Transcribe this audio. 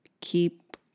keep